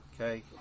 Okay